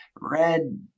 red